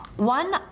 One